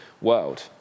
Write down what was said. world